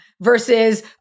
versus